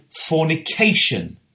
fornication